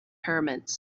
pyramids